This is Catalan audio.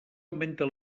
augmenta